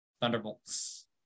Thunderbolts